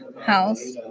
house